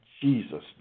Jesus